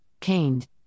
caned